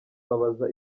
babaza